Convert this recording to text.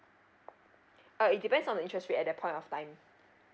uh it depends on the interest rate at that point of time